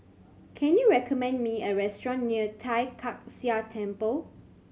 can you recommend me a restaurant near Tai Kak Seah Temple